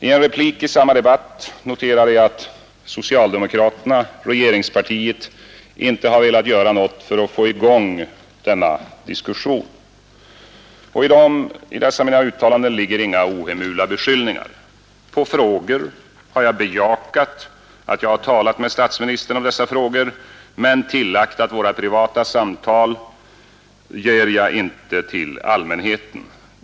I en replik i samma debatt noterade jag att ”socialdemokraterna, regeringspartiet, har icke velat göra något för att få i gång denna diskussion”. I mina uttalanden ligger inga ohemula beskyllningar. På frågor har jag bejakat att jag har talat med statsministern om dessa frågor men tillagt att våra privata samtal ger jag inte till allmänheten.